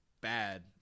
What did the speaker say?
bad